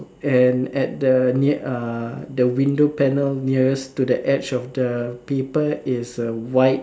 and at the near uh the window panel nearest to the edge of the paper is a white